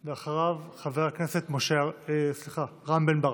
אחריו, חבר הכנסת רם בן ברק.